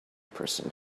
person